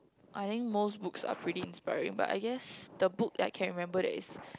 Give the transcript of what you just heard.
I think most books are pretty inspiring but I guest the book that can remember that is